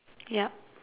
yep